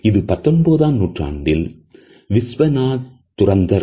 இது பத்தொன்பதாம் நூற்றாண்டில் விஸ்வநாத்துறந்தர்